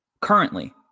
Currently